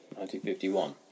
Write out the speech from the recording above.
1951